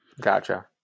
Gotcha